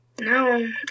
No